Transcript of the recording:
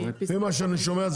לפי מה שאני שומע,